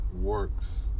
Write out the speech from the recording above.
works